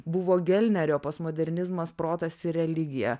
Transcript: buvo gelnerio postmodernizmas protas ir religija